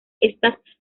estas